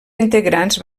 integrants